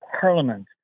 parliament